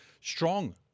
strong